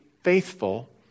faithful